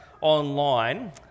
online